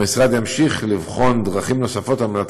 המשרד ימשיך לבחון דרכים נוספות על מנת